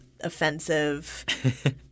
offensive